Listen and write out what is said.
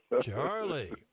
Charlie